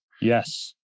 Yes